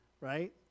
right